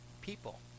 people